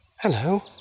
Hello